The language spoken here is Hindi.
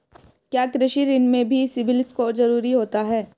क्या कृषि ऋण में भी सिबिल स्कोर जरूरी होता है?